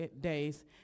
days